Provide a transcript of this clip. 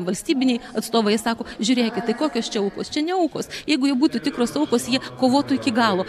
valstybiniai atstovai sako žiūrėkit tai kokios čia aukos čia ne aukos jeigu jie būtų tikros aukos jie kovotų iki galo